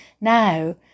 now